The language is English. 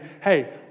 hey